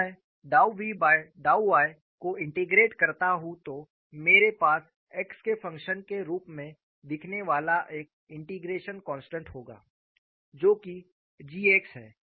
जब मैं डाउ v बाय डाउ y को इंटेग्रटे करता हु तो मेरे पास x के फंक्शन के रूप में दिखने वाला एक इंटीग्रेशन कॉन्स्टेंट होगा जो कि g x है